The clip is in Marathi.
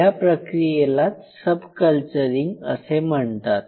या प्रक्रियेलाच सब कल्चरींग म्हणतात